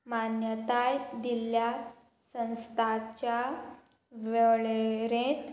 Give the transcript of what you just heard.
मान्यताय दिल्ल्या संस्थाच्या वेळेरेंत